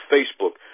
Facebook